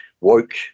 woke